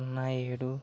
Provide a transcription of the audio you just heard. సున్నా ఏడు